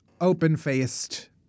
open-faced